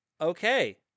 Okay